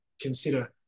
consider